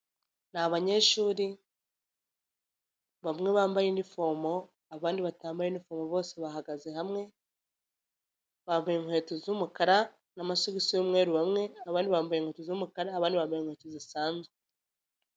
Ni abanyeshuri, bamwe bambaye uniform abandi batambaye uniform bose bahagaze hamwe, bambaye inkweto z'umukara n'amasogisi y'umweru bamwe, abandi bambaye inkweto z'umukara abandi bambaye inkweto zisanzwe.